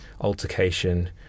altercation